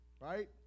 Right